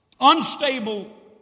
unstable